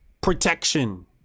protection